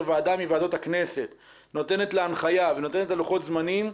ועדה מוועדות הכנסת נותנת לה הנחיה ונותנת לה לוחות זמנים,